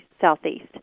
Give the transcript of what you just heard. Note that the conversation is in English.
southeast